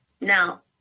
Now